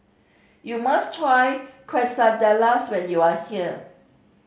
you must try Quesadillas when you are here